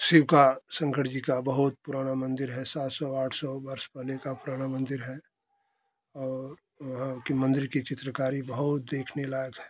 शिव का शंकर जी का बहुत पुराना मंदिर है सात सौ आठ सौ वर्ष पहले का पुराना मंदिर है और वहाँ की मंदिर की चित्रकारी बहुत देखने लायक है